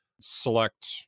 select